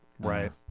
Right